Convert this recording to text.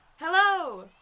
Hello